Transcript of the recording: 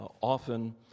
often